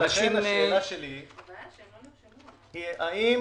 לכן השאלה שלי היא האם